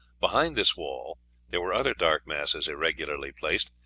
behind this wall there were other dark masses irregularly placed,